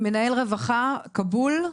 מנהל רווחה בכאבול,